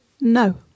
No